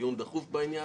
דיון דחוף בעניין.